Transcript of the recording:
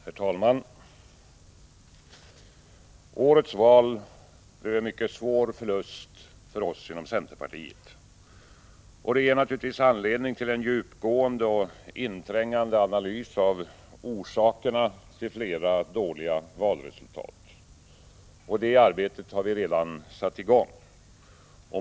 Herr talman! Årets val blev en mycket svår förlust för oss. Det ger naturligtvis anledning till en djupgående och inträngande analys av orsakerna till flera dåliga valresultat. Och det arbetet har redan satts i gång.